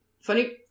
Funny